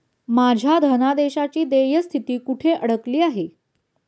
माझ्या धनादेशाची देय स्थिती कुठे अडकली आहे?